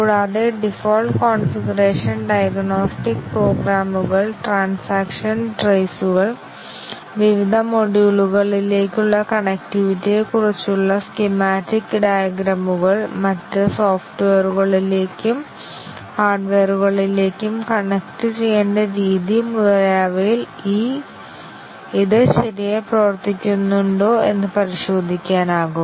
കൂടാതെ default configuration diagnostic പ്രോഗ്രാമുകൾ transaction ട്രെയ്സുകൾ വിവിധ മൊഡ്യൂളുകളിലേക്കുള്ള കണക്റ്റിവിറ്റിയെക്കുറിച്ചുള്ള സ്കീമാറ്റിക് ഡയഗ്രമുകൾ മറ്റ് സോഫ്റ്റ്വെയറുകളിലേക്കും ഹാർഡ്വെയറുകളിലേക്കും കണക്റ്റുചെയ്യേണ്ട രീതി മുതലായവയിൽ ഇത് ശരിയായി പ്രവർത്തിക്കുന്നുണ്ടോ എന്ന് പരിശോധിക്കാനാകും